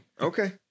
Okay